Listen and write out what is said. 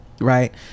Right